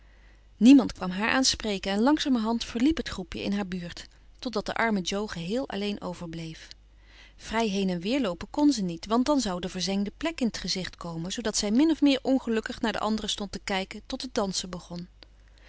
niemand kwam haar aanspreken en langzamerhand verliep het groepje in haar buurt totdat de arme jo geheel alleen overbleef vrij heen en weer loopen kon ze niet want dan zou de verzengde plek in t gezicht komen zoodat zij min of meer ongelukkig naar de anderen stond te kijken tot het dansen begon